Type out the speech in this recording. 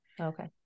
Okay